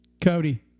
Cody